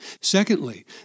Secondly